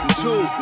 two